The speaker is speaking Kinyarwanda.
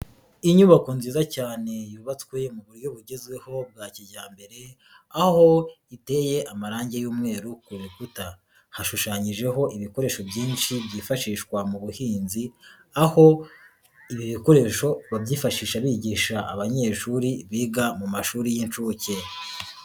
Inyubako nziza cyane yubatswe mu buryo bugezweho bwa kijyambere, aho iteye amarange y'umweru ku rukuta, hashushanyijeho ibikoresho byinshi byifashishwa mu buhinzi, aho ibi bikoresho babyifashisha bigisha abanyeshuri biga mu mashuri y'inshuke.